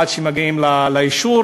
עד שמגיעים לאישור,